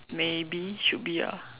maybe should be ah